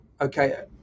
okay